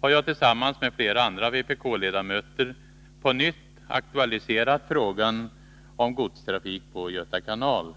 har jag tillsammans med flera andra vpk-ledamöter på nytt aktualiserat frågan om godstrafik på Göta kanal.